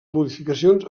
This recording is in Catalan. modificacions